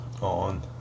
on